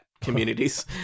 communities